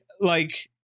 like-